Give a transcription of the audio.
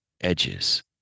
edges